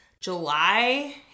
July